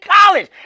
college